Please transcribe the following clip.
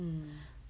mm